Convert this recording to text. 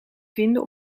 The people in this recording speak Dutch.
vinden